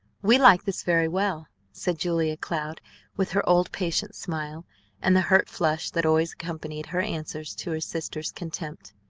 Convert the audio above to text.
we like this very well, said julia cloud with her old patient smile and the hurt flush that always accompanied her answers to her sister's contempt.